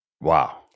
Wow